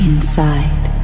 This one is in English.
Inside